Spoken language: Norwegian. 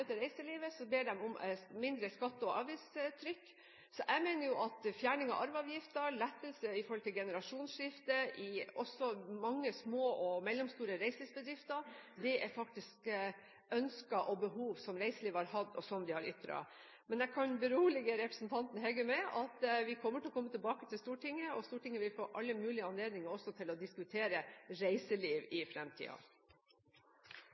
reiselivet, så ber de om lavere skatte- og avgiftstrykk. Så jeg mener jo at fjerning av arveavgiften, lettelser i forbindelse med generasjonsskifter, også i mange små og mellomstore reiselivsbedrifter, faktisk er ønsker og behov som reiselivet har hatt og som de har ytret. Men jeg kan berolige representanten Heggø med at vi kommer til å komme tilbake til Stortinget, og Stortinget vil få alle mulige anledninger også til å diskutere reiseliv